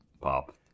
pop